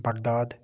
Baghdad